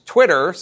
Twitter